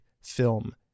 film